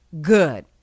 Good